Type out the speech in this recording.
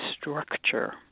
structure